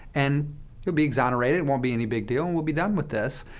and you'll be exonerated, won't be any big deal, and we'll be done with this.